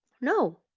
No